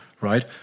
right